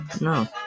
No